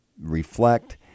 reflect